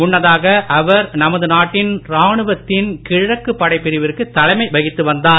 முன்னதாக அவர் நமது நாட்டின் ராணுவத்தின் கிழக்கு படை பிரிவிற்கு தலைமை வகித்து வந்தார்